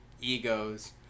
egos